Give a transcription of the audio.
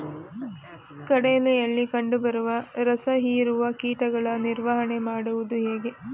ಕಡಲೆಯಲ್ಲಿ ಕಂಡುಬರುವ ರಸಹೀರುವ ಕೀಟಗಳ ನಿವಾರಣೆ ಮಾಡುವುದು ಹೇಗೆ?